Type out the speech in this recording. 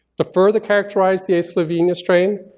to further characterize the a slovenia strain,